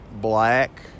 black